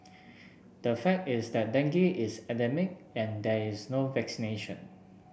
the fact is that dengue is endemic and there is no vaccination